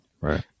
Right